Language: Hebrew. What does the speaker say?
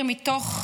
מתוך